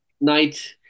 night